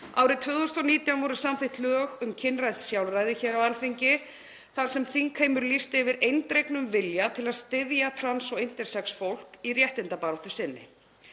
Árið 2019 voru samþykkt lög um kynrænt sjálfræði hér á Alþingi þar sem þingheimur lýsti yfir eindregnum vilja til að styðja trans og intersex fólk í réttindabaráttu sinni.